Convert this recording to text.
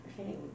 Okay